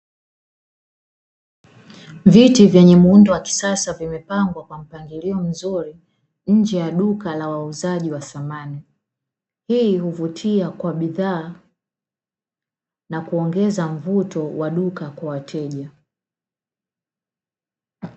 Viti vyenye muundo wa kisasa vimepangwa kwa mpangilio mzuri nje ya duka la wauzaji wa samani hii kuvutia kwa bidhaa na kuongeza mvuto wa duka kwa wateja.